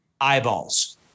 Eyeballs